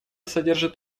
содержит